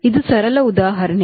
ಇದು ಸರಳ ಉದಾಹರಣೆ